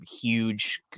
huge